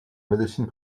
médecine